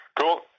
Cool